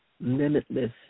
limitless